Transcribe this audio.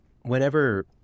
whenever